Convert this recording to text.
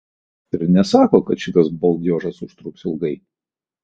taigi niekas ir nesako kad šitas baldiožas užtruks ilgai